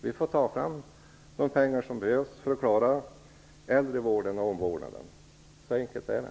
Vi får ta fram de pengar som behövs för att klara äldrevården och omvårdnaden. Så enkelt är det.